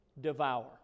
devour